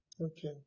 Okay